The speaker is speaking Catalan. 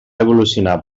evolucionar